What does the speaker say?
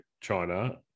China